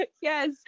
yes